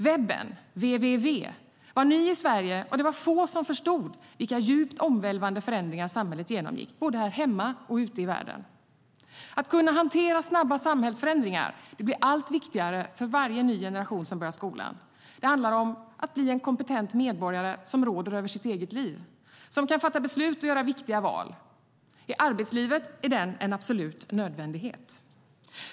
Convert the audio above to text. Webben, www, var ny i Sverige, och det var få som förstod vilka djupt omvälvande förändringar samhället genomgick både här hemma och ute i världen. Att kunna hantera snabba samhällsförändringar blir allt viktigare för varje ny generation som börjar skolan. Det handlar om att bli en kompetent medborgare som råder över sitt eget liv, kan fatta beslut och göra viktiga val. I arbetslivet är det en absolut nödvändighet.